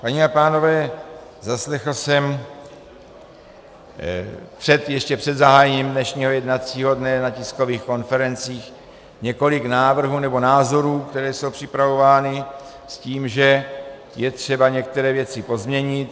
Paní a pánové, zaslechl jsem ještě před zahájením dnešního jednacího dne na tiskových konferencích několik návrhů nebo názorů, které jsou připravovány s tím, že je třeba některé věci pozměnit.